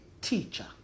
teacher